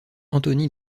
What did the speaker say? anthony